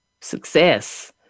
success